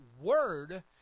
word